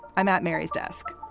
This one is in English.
i'm at mary's desk.